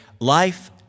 life